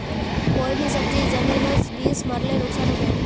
कोई भी सब्जी जमिनोत बीस मरले नुकसान होबे?